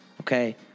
Okay